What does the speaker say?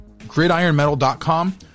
gridironmetal.com